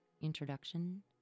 introduction